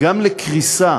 גם לקריסה